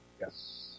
Yes